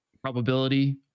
probability